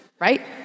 right